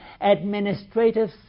administrative